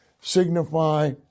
signify